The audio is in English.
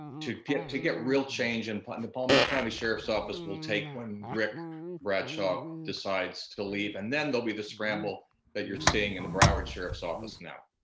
to get to get real change and but in the palm beach county sheriff's office will take when rick bradshaw decides to leave and then there'll be the scramble that you're seeing in the broward sheriff's office now.